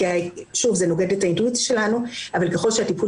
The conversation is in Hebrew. שוב זה נוגד את האינטואיציה שלנו אבל ככל שהטיפול